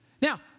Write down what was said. Now